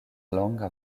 longa